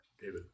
David